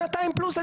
שנתיים פלוס,